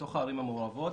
בתוך הערים המעורבות.